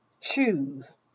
choose